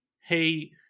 hey